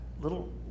little